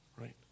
right